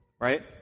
right